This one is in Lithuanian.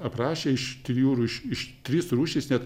aprašė iš trijų rūšių iš trys rūšys net